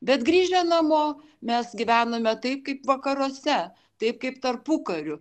bet grįžę namo mes gyvenome taip kaip vakaruose taip kaip tarpukariu